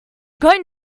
going